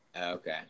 Okay